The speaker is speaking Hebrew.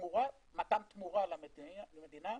תמורת מתן תמורה למדינה.